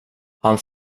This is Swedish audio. han